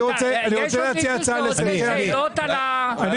אחלה, זה